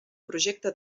projecte